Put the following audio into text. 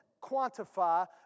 quantify